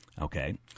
okay